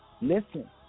Listen